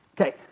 Okay